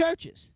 churches